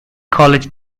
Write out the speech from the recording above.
college